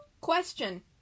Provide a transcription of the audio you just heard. Question